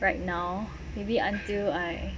right now maybe until I